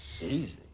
Easy